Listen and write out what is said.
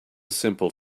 simple